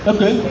Okay